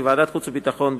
כי ועדת חוץ וביטחון,